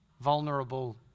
vulnerable